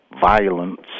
violence